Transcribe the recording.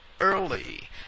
early